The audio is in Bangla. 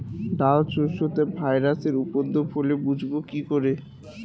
ডাল শস্যতে ভাইরাসের উপদ্রব হলে বুঝবো কি করে?